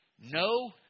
No